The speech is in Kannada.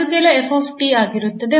ಅದು ಕೇವಲ 𝑓 𝑡 ಆಗಿರುತ್ತದೆ